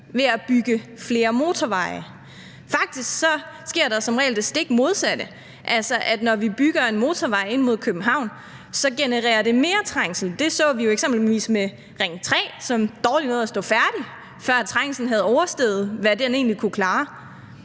ved at bygge flere motorveje. Faktisk sker der som regel det stik modsatte, altså at når vi bygger en motorvej ind mod København, genererer det mere trængsel. Det så vi jo eksempelvis med Ring 3, som dårligt nåede at stå færdig, før trængslen havde oversteget, hvad den egentlig kunne klare.